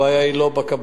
הבעיה היא לא בכבאים,